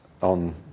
on